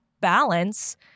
balance